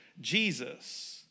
Jesus